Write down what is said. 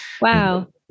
Wow